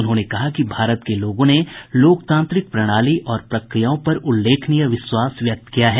उन्होंने कहा कि भारत के लोगों ने लोकतांत्रिक प्रणाली और प्रक्रियाओं पर उल्लेखनीय विश्वास व्यक्त किया है